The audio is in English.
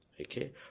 Okay